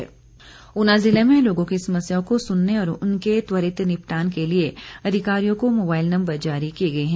उपायुक्त ऊना जिले में लोगों की समस्याओं को सुनने और उनके त्वरित निपटान के लिए अधिकारियों को मोबाईल नम्बर जारी किए गए हैं